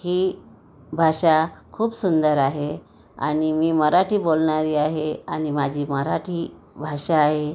ही भाषा खूप सुंदर आहे आणि मी मराठी बोलणारी आहे आणि माझी मराठी भाषा आहे